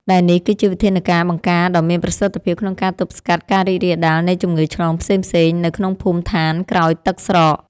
ដែលនេះគឺជាវិធានការបង្ការដ៏មានប្រសិទ្ធភាពក្នុងការទប់ស្កាត់ការរីករាលដាលនៃជំងឺឆ្លងផ្សេងៗនៅក្នុងភូមិឋានក្រោយទឹកស្រក។